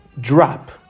drop